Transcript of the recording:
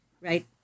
right